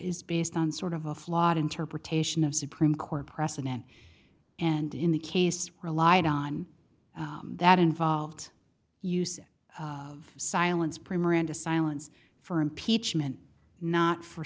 is based on sort of a flawed interpretation of supreme court precedent and in the case relied on that involved use of silence primmer into silence for impeachment not for